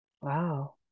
wow